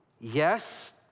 Yes